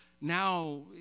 now